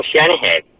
Shanahan